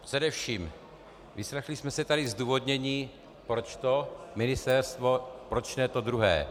Především, vyslechli jsme si tu zdůvodnění, proč to ministerstvo, proč ne to druhé.